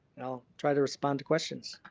i'll try to respond to questions.